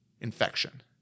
infection